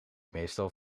meestal